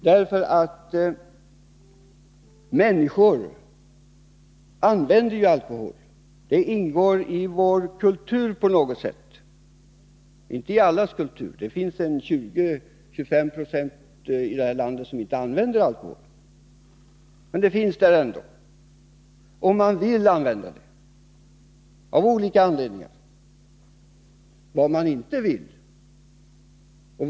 Användningen av alkohol ingår på något sätt i vår kultur, om också inte i allas kultur — 20-25 96 av vår befolkning använder inte alkohol. Men människor vill alltså, av olika anledningar, använda alkohol.